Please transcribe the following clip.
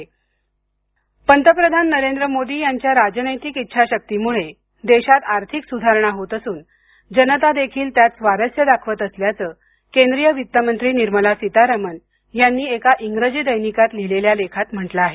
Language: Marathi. सितारामन पंतप्रधान नरेंद्र मोदी यांच्या राजनैतिक इच्छाशक्तीमुळे देशात आर्थिक सुधारणा होत असून जनता देखील त्यात स्वारस्य दाखवत असल्याचं केंद्रीय वित्तमंत्री निर्मला सितारामन यांनी एका इंग्रजी दैनिकात लिहिलेल्या लेखात म्हटलं आहे